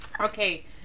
okay